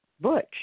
Butch